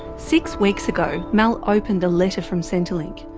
six weeks ago mel opened a letter from centrelink.